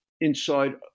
inside